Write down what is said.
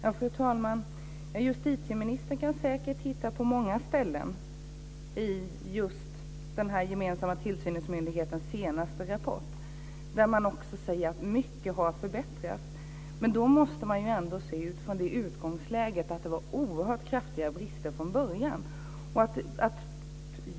Fru talman! Justitieministern kan säkert hitta många ställen i den gemensamma tillsynsmyndighetens senaste rapport där man också säger att mycket har förbättrats. Men då måste man ändå se det utifrån det utgångsläget att det var oerhört kraftiga brister från början.